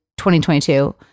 2022